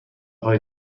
های